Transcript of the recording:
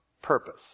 purpose